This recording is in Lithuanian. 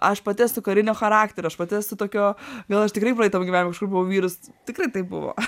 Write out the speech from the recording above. aš pati esu karinio charakterio aš pati esu tokio gal aš tikrai praeitam gyvenime kažkur buvau vyras tikrai taip buvo